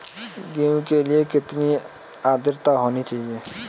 गेहूँ के लिए कितनी आद्रता होनी चाहिए?